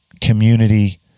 community